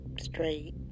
Straight